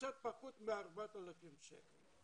קצת פחות מ-4,000 שקל.